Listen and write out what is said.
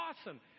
awesome